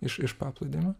iš iš paplūdimio